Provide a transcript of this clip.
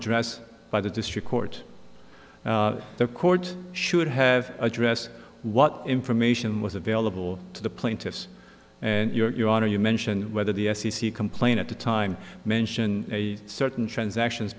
addressed by the district court the court should have addressed what information was available to the plaintiffs and you are are you mentioned whether the i c c complain at the time mention a certain transactions